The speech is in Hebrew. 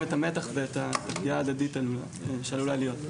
את המתח ואת הפגיעה הדדית שעלולה להיות.